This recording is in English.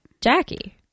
Jackie